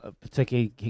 Particularly